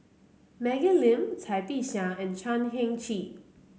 Maggie Lim Cai Bixia and Chan Heng Chee